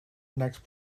next